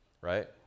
right